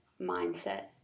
mindset